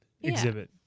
exhibit